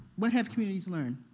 what have communities learned?